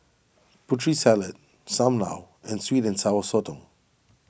Putri Salad Sam Lau and Sweet and Sour Sotong